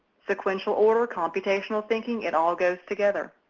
sequential order, computational thinking, it all goes together.